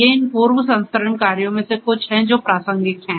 ये इन पूर्व प्रसंस्करण कार्यों में से कुछ हैं जो प्रासंगिक हैं